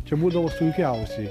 čia būdavo sunkiausiai